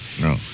No